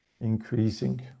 increasing